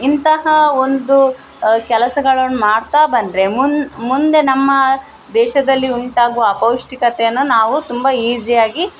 ಇಂತಹ ಒಂದು ಕೆಲಸಗಳನ್ನು ಮಾಡ್ತಾ ಬಂದರೆ ಮುಂದೆ ನಮ್ಮ ದೇಶದಲ್ಲಿ ಉಂಟಾಗುವ ಅಪೌಷ್ಟಿಕತೇನ ನಾವು ತುಂಬ ಈಝಿಯಾಗಿ